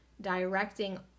directing